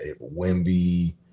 Wimby